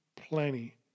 plenty